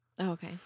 Okay